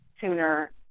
sooner